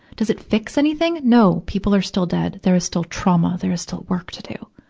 does it fix anything? no. people are still dead. there is still trauma. there is still work to do.